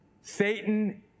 Satan